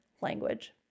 language